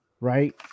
right